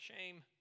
shame